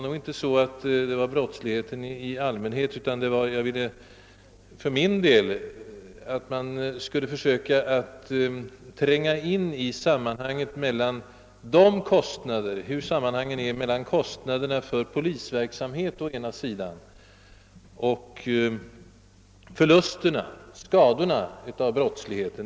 Jag skulle nämligen önska att man försökte tränga in i sammanhanget mellan å ena sidan kostnaderna för polisverksamheten och å andra sidan kostnaderna för skador, som åstadkommes genom brottsligheten.